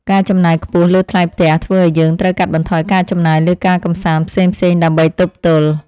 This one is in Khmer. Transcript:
ការចំណាយខ្ពស់លើថ្លៃផ្ទះធ្វើឱ្យយើងត្រូវកាត់បន្ថយការចំណាយលើការកម្សាន្តផ្សេងៗដើម្បីទប់ទល់។